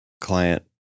client